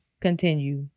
continue